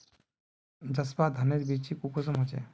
जसवा धानेर बिच्ची कुंसम होचए?